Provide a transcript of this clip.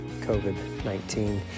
COVID-19